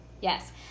Yes